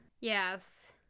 Yes